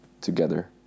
together